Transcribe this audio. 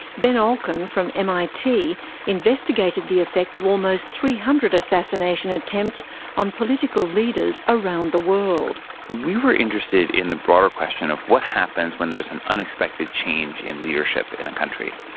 ben olken from mit investigated the effect of almost three hundred assassination attempts on political leaders around the world. we were interested in the broader question of what happens when there is an unexpected change in leadership in a country,